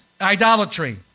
idolatry